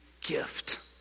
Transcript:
gift